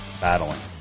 battling